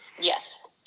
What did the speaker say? Yes